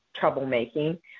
troublemaking